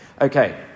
Okay